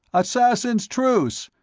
assassins' truce!